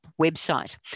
website